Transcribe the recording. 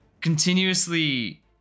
continuously